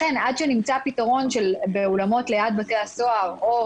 לכן עד שנמצא פתרון באולמות ליד בתי הסוהר או